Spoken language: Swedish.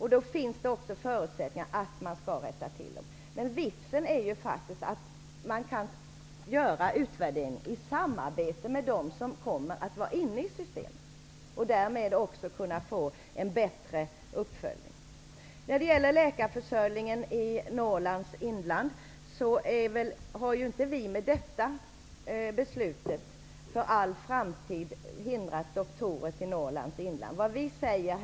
Det finns också förutsättningar för att rätta till dem. Vitsen är faktiskt att man kan göra utvärderingen i samarbete med dem som kommer att vara inne i systemet. Därmed kan man också få en bättre uppföljning. När det gäller läkarförsörjningen i Norrlands inland har vi inte för all framtid hindrat doktorer att komma till Norrlands inland med det här beslutet.